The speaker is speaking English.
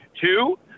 Two